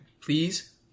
please